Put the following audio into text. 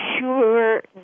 sure